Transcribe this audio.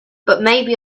butmaybe